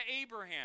Abraham